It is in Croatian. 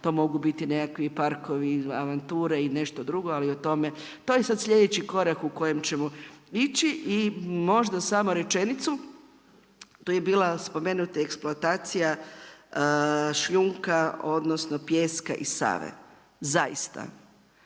to mogu biti nekakvi parkovi, avanture i nešto drugo, ali o tome, to je sad sljedeći korak u kojem ćemo ići. I možda samo rečenicu, tu je bila spomenuta eksploatacija šljunka, odnosno, pijeska i Save, zaista.